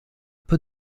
peu